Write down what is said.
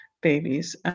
babies